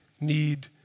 need